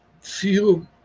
feel